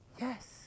Yes